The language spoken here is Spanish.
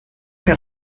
que